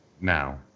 now